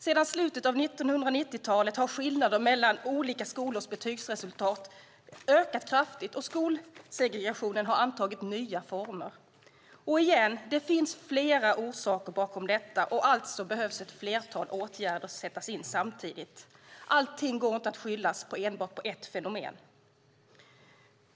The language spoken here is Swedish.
Sedan slutet av 1990-talet har skillnaderna mellan olika skolors betygsresultat ökat kraftigt, och skolsegregationen har antagit nya former. Återigen: Det finns flera orsaker till detta, och alltså behöver ett flertal åtgärder vidtas samtidigt. Allt går inte att skylla på enbart ett fenomen.